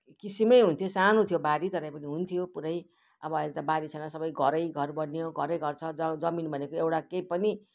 किसिमै हुन्थ्यो सानो थियो बारी तर पनि हुन्थ्यो पुरै अब अहिले त बारी छैन सबै घरैघर बनियो घरैघर छ ज जमिन भनेको एउटा केही पनि